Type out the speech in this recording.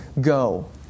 go